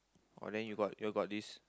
oh then you got you got this